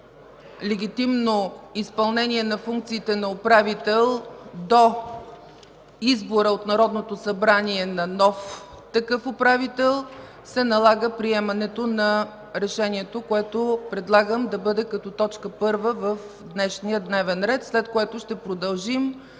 легитимно изпълнение на функциите на управител до избора от Народното събрание на нов такъв управител, се налага приемането на решението, което предлагам да бъде като т. 1 в днешния дневен ред, след което ще продължим